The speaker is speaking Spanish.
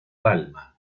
palma